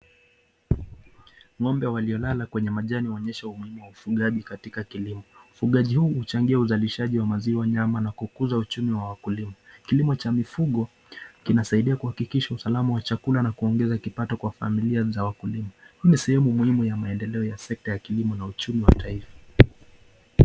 Ng'ombe waliolala kwenye majani waonyesha umuhimu ufugaji katika kilimo, ufugaji huu huchangia uzalishaji wa maziwa, nyama na kukuza uchumi wa wakulima. Kilicho cha mifugo kinasaidia usalama wa chakula na kuongeza kipato kwa familia za wakulima, hii ni sehemu muhimu ya maendeleo ya sekta ya kilimo na uchumi wa taifa.